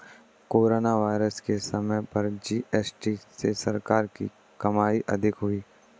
corona virus के समय पर जी.एस.टी से सरकार की कमाई अधिक हुई